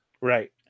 Right